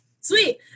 Sweet